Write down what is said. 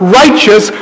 righteous